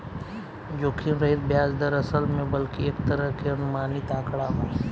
जोखिम रहित ब्याज दर, असल में बल्कि एक तरह के अनुमानित आंकड़ा बा